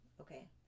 Okay